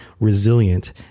resilient